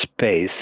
space